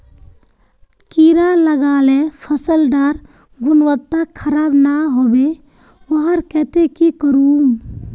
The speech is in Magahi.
कीड़ा लगाले फसल डार गुणवत्ता खराब ना होबे वहार केते की करूम?